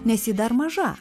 nes ji dar maža